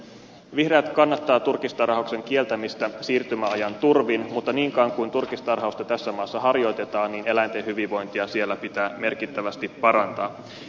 vihreät kannattaa turkistarhauksen kieltämistä siirtymäajan turvin mutta niin kauan kuin turkistarhausta tässä maassa harjoitetaan eläinten hyvinvointia pitää siellä merkittävästi parantaa